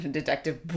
Detective